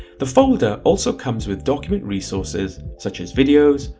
the folder also comes with document resources such as videos,